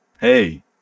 Hey